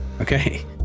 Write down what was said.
Okay